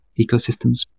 ecosystems